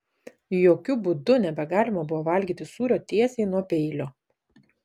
jokiu būdu nebegalima buvo valgyti sūrio tiesiai nuo peilio